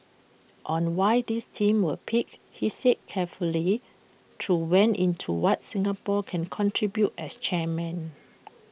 on why these themes were picked he said carefully through went into what Singapore can contribute as chairman